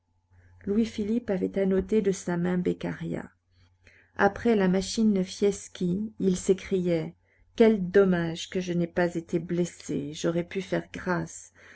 louis-philippe avait annoté de sa main beccaria après la machine fieschi il s'écriait quel dommage que je n'aie pas été blessé j'aurais pu faire grâce